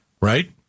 Right